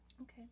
Okay